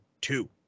two